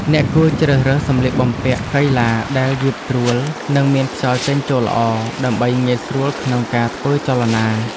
អ្នកគួរជ្រើសរើសសម្លៀកបំពាក់កីឡាដែលយឺតស្រួល និងមានខ្យល់ចេញចូលល្អ ដើម្បីងាយស្រួលក្នុងការធ្វើចលនា។